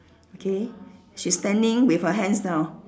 okay she's standing with her hands down